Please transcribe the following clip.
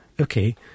Okay